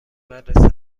مدرسه